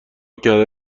کرده